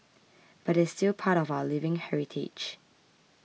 but they're still part of our living heritage